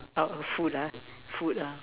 food food